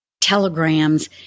telegrams